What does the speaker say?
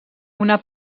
una